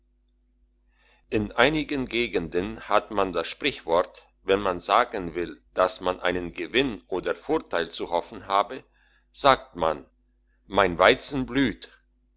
in einigen gegenden hat man das sprichwort wenn man sagen will dass man einen gewinn oder vorteil zu hoffen habe sagt man mein weizen blüht